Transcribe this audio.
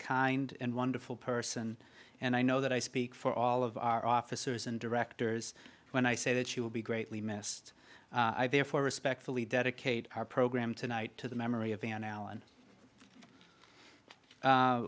kind and wonderful person and i know that i speak for all of our officers and directors when i say that she will be greatly missed therefore respectfully dedicate our program tonight to the memory of van al